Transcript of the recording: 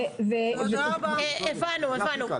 הבנו.